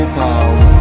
power